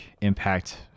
impact